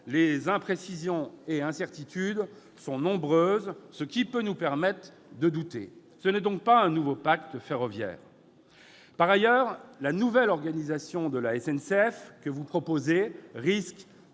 les imprécisions et incertitudes sont nombreuses, ce qui peut nous conduire à douter. Il ne s'agit donc pas d'un nouveau pacte ferroviaire. Par ailleurs, la nouvelle organisation de la SNCF que vous proposez risque,